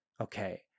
okay